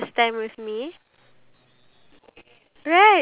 jollibee is one like in terms of food